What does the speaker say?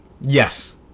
Yes